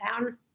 down